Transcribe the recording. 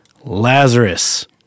Lazarus